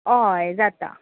हय जाता